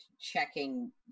checking